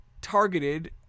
targeted